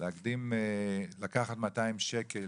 לקחת 200 שקל